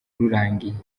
rurangiye